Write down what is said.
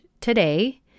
today